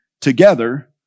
together